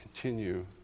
continue